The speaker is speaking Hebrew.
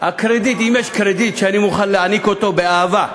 אם יש קרדיט שאני אוכל להעניק אותו באהבה,